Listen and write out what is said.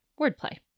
wordplay